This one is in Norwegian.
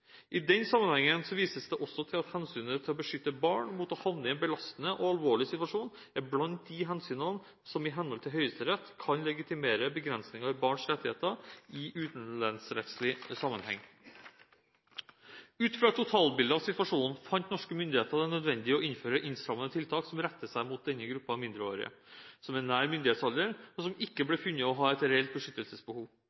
den sammenhengen vises det også til at hensynet til å beskytte barn mot å havne i en belastende og alvorlig situasjon er blant de hensynene som i henhold til Høyesterett kan legitimere begrensninger i barns rettigheter i utenlandsrettslig sammenheng. Ut fra et totalbilde av situasjonen fant norske myndigheter det nødvendig å innføre innstrammende tiltak som retter seg mot denne gruppen av mindreårige, som er nær myndighetsalder, og som ikke